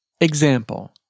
Example